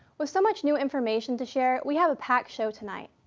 with so much new information to share, we have a packed show tonight.